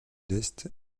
est